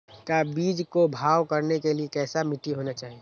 का बीज को भाव करने के लिए कैसा मिट्टी होना चाहिए?